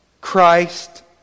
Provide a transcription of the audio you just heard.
Christ